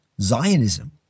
Zionism